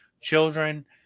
children